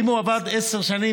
אם הוא עבד עשר שנים,